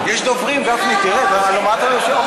על מוישה.